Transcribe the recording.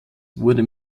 wurde